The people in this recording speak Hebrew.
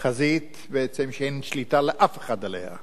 חזית שאין שליטה לאף אחד עליה.